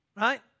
right